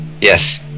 Yes